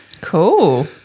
Cool